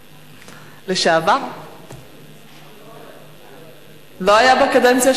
סדר-היום: מסעו המדיני של ראש הממשלה לאירופה,